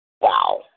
Wow